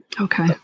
okay